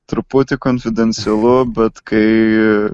truputį konfidencialu bet kai